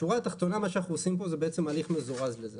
בשורה התחתונה מה שאנחנו עושים פה זה בעצם הליך מזורז לזה